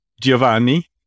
Giovanni